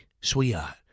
sweetheart